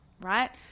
right